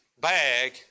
bag